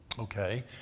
okay